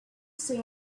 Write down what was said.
stay